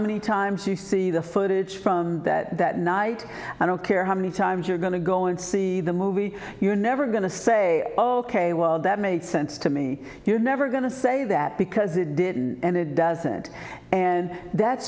many times you see the footage from that night i don't care how many times you're going to go and see the movie you're never going to say oh ok well that makes sense to me you're never going to say that because it didn't and it doesn't and that